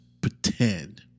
pretend